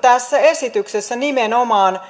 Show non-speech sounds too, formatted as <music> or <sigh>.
tässä esityksessä nimenomaan <unintelligible>